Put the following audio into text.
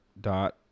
dot